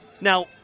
Now